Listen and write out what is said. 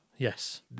yes